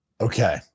Okay